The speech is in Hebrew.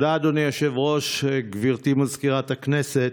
תודה, אדוני היושב-ראש, גברתי מזכירת הכנסת.